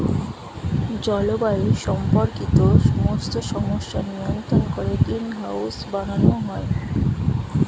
জলবায়ু সম্পর্কিত সমস্ত সমস্যা নিয়ন্ত্রণ করে গ্রিনহাউস বানানো হয়